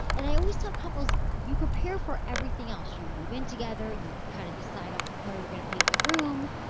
and i always tell couples you prepare for everything else. you move in together you kind of decide on what color you're going to paint the room.